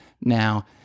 Now